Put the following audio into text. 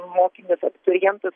mokinius abiturientus